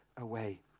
away